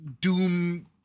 doom